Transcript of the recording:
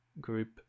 group